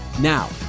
Now